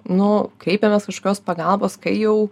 nu kreipiamės kažkokios pagalbos kai jau